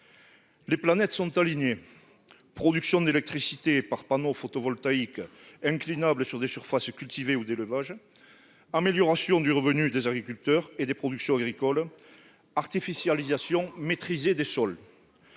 les planètes : production d'électricité par panneaux photovoltaïques inclinables, sur des surfaces tant cultivées que d'élevage, amélioration du revenu des agriculteurs et des productions agricoles, artificialisation maîtrisée des sols.